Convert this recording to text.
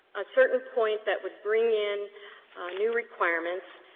a certain point that would bring in new requirements.